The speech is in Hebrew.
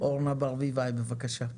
אורנה ברביבאי, בבקשה.